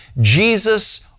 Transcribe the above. Jesus